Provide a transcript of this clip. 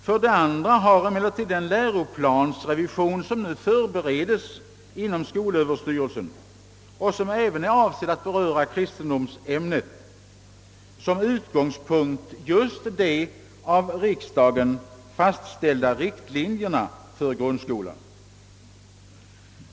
För det andra har emellertid den läroplansrevision som nu förberedes inom skolöverstyrelsen — och som även är avsedd att beröra kristendomsämnet -— som utgångspunkt just de av riksdagen fastställda riktlinjerna för grundskolan.